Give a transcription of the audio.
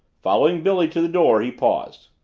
following billy to the door, he paused.